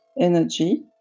energy